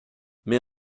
mais